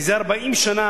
זה 40 שנה,